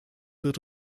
wird